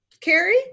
carrie